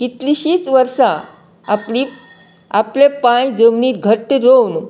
कितलिशींच वर्सा आपली आपले पांय जमनीक घट्ट रोंवन